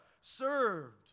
served